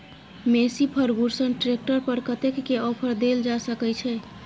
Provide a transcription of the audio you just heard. Massey Ferguson tractor पर कतेक के ऑफर देल जा सकै छै?